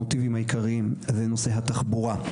המוטיבים העיקריים זה נושא התחבורה,